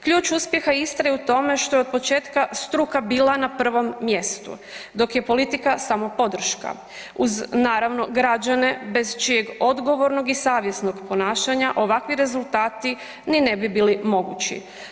Ključ uspjeha Istre je u tome što je od početka struka bila na prvom mjestu dok je politika samo podrška uz naravno građane bez čijeg odgovornog i savjesnog ponašanja ovakvi rezultati ni ne bi bili mogući.